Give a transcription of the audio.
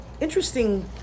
interesting